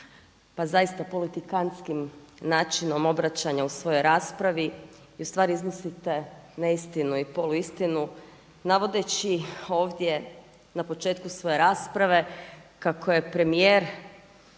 pa zaista politikantskim načinom obraćanja u svojoj raspravi i u stvari iznosite neistinu i poluistinu navodeći ovdje na početku svoje rasprave kako premijer